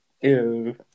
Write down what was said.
Ew